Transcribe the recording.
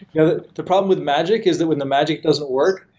the the problem with magic is that when the magic doesn't work,